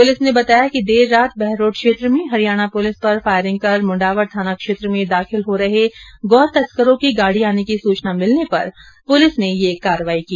police ने बताया कि देर रात बहरोड़ क्षेत्र में हरियाणा पुलिस पर फायरिंग कर मुण्डावर थाना क्षेत्र में दाखिल हो रहे गौतस्करों की गाड़ी आने की सूचना मिलने पर पुलिस ने ये कार्रवाई की